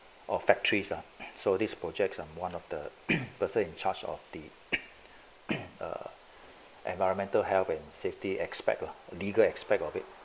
of factories are so these projects I'm one of the person in charge of the err environmental health and safety expect lah legal aspect of it